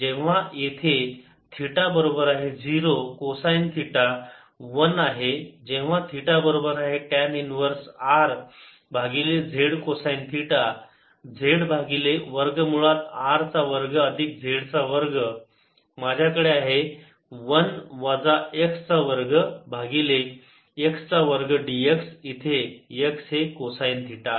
येथे जेव्हा थिटा बरोबर आहे 0 कोसाईन थिटा 1 आहे जेव्हा थिटा बरोबर आहे टॅन इन्व्हर्स R भागिले z कोसाईन थिटा z भागिले वर्ग मुळात r चा वर्ग अधिक z चा वर्ग आहे माझ्याकडे आहे 1 वजा x चा वर्ग भागिले x चा वर्ग dx इथे x हे कोसाईन थिटा आहे